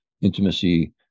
intimacy